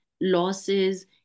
losses